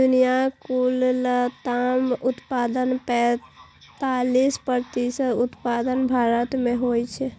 दुनियाक कुल लताम उत्पादनक पैंतालीस प्रतिशत उत्पादन भारत मे होइ छै